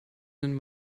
den